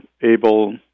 able